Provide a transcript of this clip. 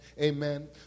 amen